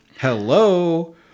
Hello